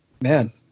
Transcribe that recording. man